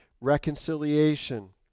reconciliation